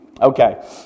Okay